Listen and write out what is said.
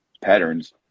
patterns